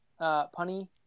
Punny